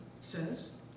says